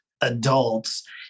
adults